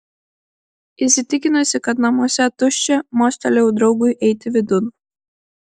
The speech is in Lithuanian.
įsitikinusi kad namuose tuščia mostelėjau draugui eiti vidun